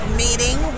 meeting